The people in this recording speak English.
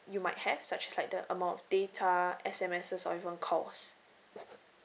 you might have such like the amount of data S_M_S or even calls